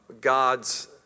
God's